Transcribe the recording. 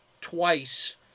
twice